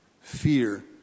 Fear